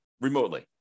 remotely